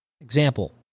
Example